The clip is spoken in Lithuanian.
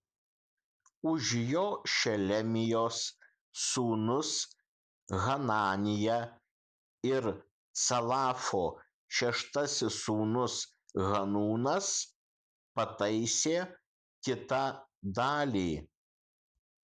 už jo šelemijos sūnus hananija ir calafo šeštasis sūnus hanūnas pataisė kitą dalį